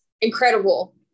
incredible